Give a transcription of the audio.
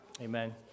Amen